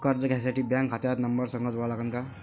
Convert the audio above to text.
कर्ज घ्यासाठी बँक खात्याचा नंबर संग जोडा लागन का?